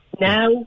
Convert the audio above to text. Now